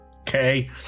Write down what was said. Okay